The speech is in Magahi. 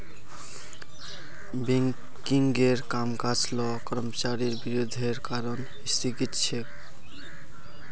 बैंकिंगेर कामकाज ला कर्मचारिर विरोधेर कारण स्थगित छेक